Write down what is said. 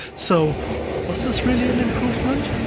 so was this really an improvement?